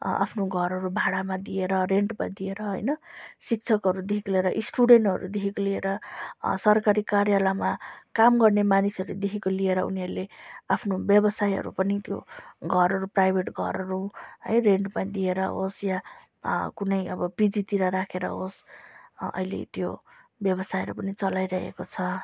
आफ्नो घरहरू भाडामा दिएर रेन्टमा दिएर होइन शिक्षकहरूदेखिको लिएर स्टुडेन्टहरूदेखि लिएर सरकारी कार्यालयमा काम गर्ने मानिसहरूदेखिको लिएर उनीहरूले आफ्नो व्यावसायहरू पनि घरहरू प्राइभेट घरहरू रेन्टमा दिएर होस् या कुनै अब पिजीतिर राखेर होस् अहिले त्यो व्यावसायहरू पनि चलाइरहेको छ